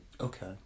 Okay